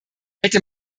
hätte